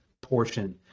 portion